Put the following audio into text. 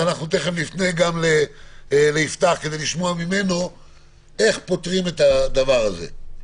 תכף נפנה ליפתח כדי לשמוע ממנו איך פותרים את הדבר הזה.